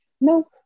No